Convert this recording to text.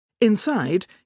Inside